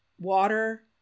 water